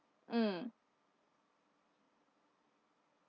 mm